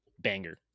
banger